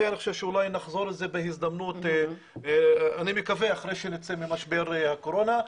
אני חושב שאולי נחזור לזה בהזדמנות אחרי שנצא ממשבר הקורונה.